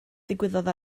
ddigwyddodd